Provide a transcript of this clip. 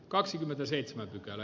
arvoisa puhemies